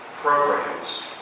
programs